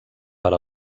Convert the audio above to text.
per